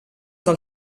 del